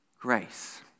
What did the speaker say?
grace